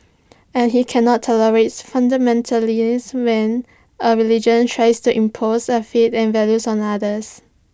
and he cannot tolerates fundamentalists when A religion tries to impose A faith and values on others